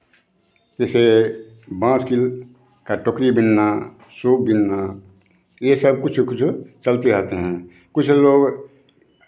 जैसे बाँस की का टोकरी बुनना सूप बुनना ये सब कुछ कुछ चलते रहते हैं कुछ लोग